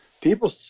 People